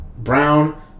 Brown